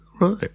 Right